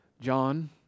John